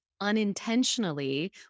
unintentionally